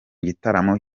gitaramo